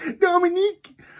dominique